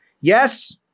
Yes